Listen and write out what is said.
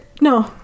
No